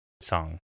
song